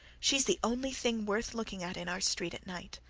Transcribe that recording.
she's the only thing worth looking at in our street at night.